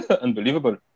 Unbelievable